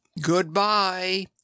Goodbye